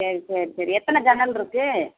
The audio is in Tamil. சரி சரி சரி எத்தனை ஜன்னலிருக்கு